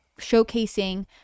showcasing